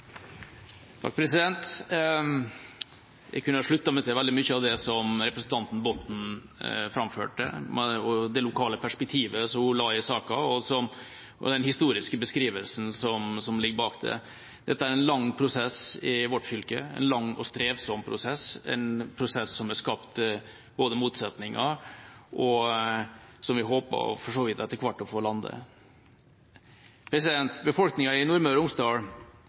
Jeg kan slutte meg til veldig mye av det som representanten Botten framførte, med det lokale perspektivet hun la i saken, og den historiske beskrivelsen som ligger bak det. Dette har vært en lang prosess i vårt fylke – en lang og strevsom prosess, en prosess som har skapt motsetninger, og som vi håper etter hvert å få landet. Befolkningen i Nordmøre og Romsdal og etter hvert i hele Møre og Romsdal